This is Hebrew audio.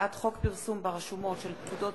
הצעת חוק הביטוח הלאומי (תיקון,